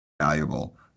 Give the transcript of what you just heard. valuable